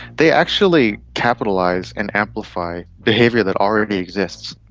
they actually capitalise and amplify behaviour that already exists.